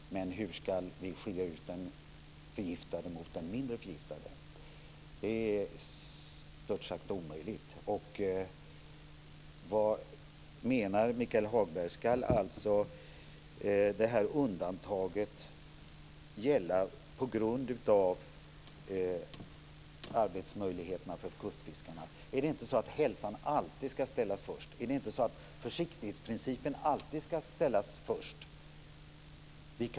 Men hur ska vi skilja den förgiftade från den mindre förgiftade? Det är stört omöjligt. Vad menar Michael Hagberg? Ska undantaget gälla på grund av kustfiskarnas arbetsmöjligheter? Ska inte hälsan alltid ställas först? Ska inte försiktighetsprincipen alltid ställas först?